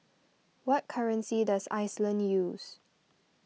what currency does Iceland use